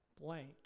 blank